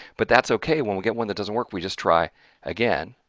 but that's okay, when we get one that doesn't work we just try again,